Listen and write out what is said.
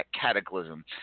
Cataclysm